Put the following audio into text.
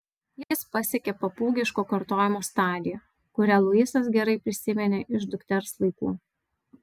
jis pasiekė papūgiško kartojimo stadiją kurią luisas gerai prisiminė iš dukters laikų